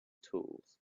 tools